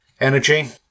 energy